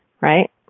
right